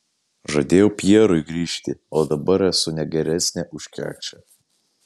žadėjau pjerui grįžti o dabar esu ne geresnė už kekšę